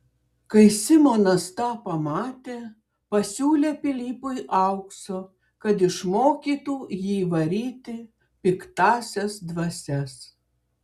kai simonas tą pamatė pasiūlė pilypui aukso kad išmokytų jį varyti piktąsias dvasias